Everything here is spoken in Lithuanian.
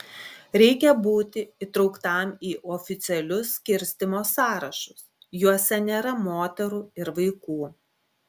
reikia būti įtrauktam į oficialius skirstymo sąrašus juose nėra moterų ir vaikų